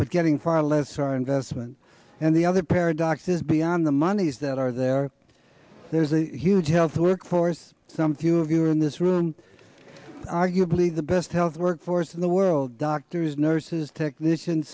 but getting far less for our investment and the other paradoxes beyond the monies that are there there's a huge health workforce some few of you in this room arguably the best health workforce in the world doctors nurses technician